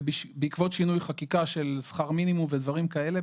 ובעקבות שינוי חקיקה של שכר מינימום ודברים כאלה,